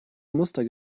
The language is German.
muster